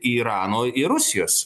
irano ir rusijos